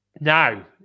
Now